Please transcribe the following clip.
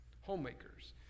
homemakers